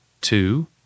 Two